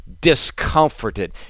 discomforted